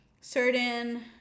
certain